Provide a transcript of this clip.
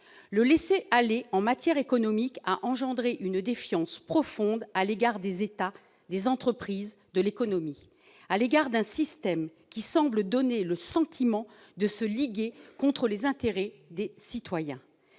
Le laisser-aller en matière économique a engendré une défiance profonde à l'égard des États, des entreprises, de l'économie, à l'égard d'un système qui donne le sentiment de se liguer contre les intérêts des citoyens.